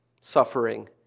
suffering